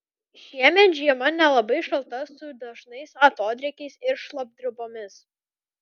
šiemet žiema nelabai šalta su dažnais atodrėkiais ir šlapdribomis